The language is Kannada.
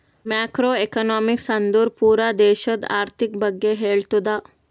ಮ್ಯಾಕ್ರೋ ಎಕನಾಮಿಕ್ಸ್ ಅಂದುರ್ ಪೂರಾ ದೇಶದು ಆರ್ಥಿಕ್ ಬಗ್ಗೆ ಹೇಳ್ತುದ